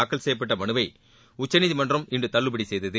தாக்கல் செய்யப்பட்ட மனுவை உச்சநீதிமன்றம் இன்று தள்ளுபடி செய்தது